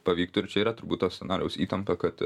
pavyktų ir čia yra turbūt to scenarijaus įtampa kad